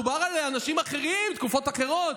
מדובר על אנשים אחרים, תקופות אחרות.